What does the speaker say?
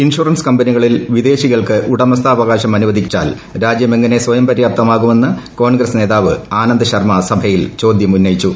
insurance കമ്പനികളിൽ വിദേശികൾക്ക് ഉടമസ്ഥാവകാശം അനുവദിച്ചാൽ രാജ്യമെങ്ങനെ സ്വയംപര്യാപ്തമാകുമെന്ന് കോൺഗ്രസ് നേതാവ് ആനന്ദ് ശർമ്മ സഭയിൽ ചോദ്യം ഉന്നയിച്ചു